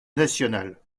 national